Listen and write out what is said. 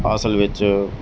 ਅਸਲ ਵਿੱਚ